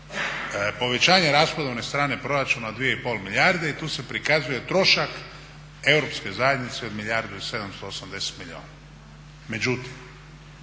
povećanje rashodovne strane proračuna od 2,5 milijarde i tu se prikazuje trošak Europske zajednice od milijardu i 780 milijuna.